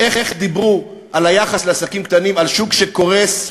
איך דיברו על היחס לעסקים קטנים, על שוק שקורס,